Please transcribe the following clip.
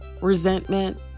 resentment